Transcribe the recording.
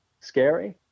scary